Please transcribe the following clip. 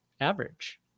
average